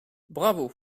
bravo